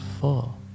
full